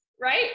right